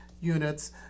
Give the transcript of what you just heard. units